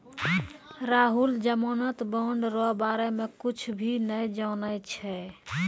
राहुल जमानत बॉन्ड रो बारे मे कुच्छ भी नै जानै छै